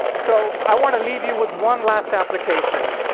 so i want to leave you with one last application.